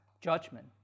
judgment